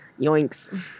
Yoinks